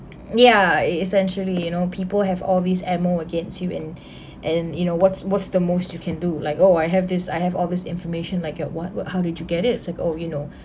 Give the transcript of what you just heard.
ya it essentially you know people have all these ammo against you and and you know what's what's the most you can do like oh I have this I have all this information like at what what how did you get it so oh you know